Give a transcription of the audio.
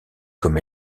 comme